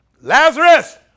Lazarus